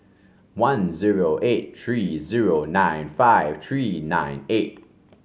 one zero eight three zero nine five three nine eight